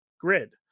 grid